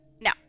now